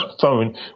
phone